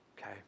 Okay